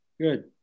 Good